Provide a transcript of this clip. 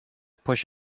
push